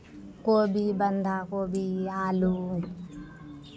कोबी बन्धा कोबी आलू